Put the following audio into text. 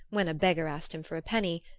when a beggar asked him for a penny,